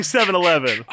7-Eleven